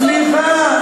סליחה.